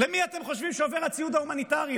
למי אתם חושבים שעובר הציוד ההומניטרי?